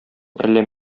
әллә